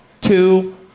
Two